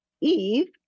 Eve